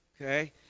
okay